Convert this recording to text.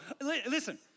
listen